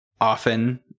often